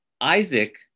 Isaac